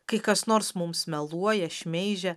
kai kas nors mums meluoja šmeižia